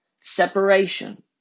separation